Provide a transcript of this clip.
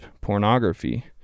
pornography